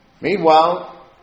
Meanwhile